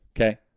Okay